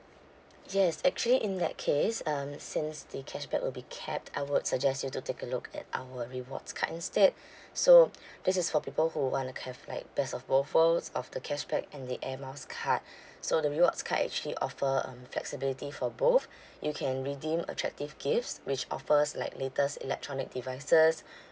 yes actually in that case um since the cashback will be capped I would suggest you to take a look at our rewards card instead so this is for people who want to have like best of both worlds of the cashback and the air miles card so the rewards card actually offer um flexibility for both you can redeem attractive gifts which offers like latest electronic devices